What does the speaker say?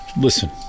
listen